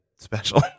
Special